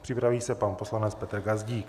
Připraví se pan poslanec Petr Gazdík.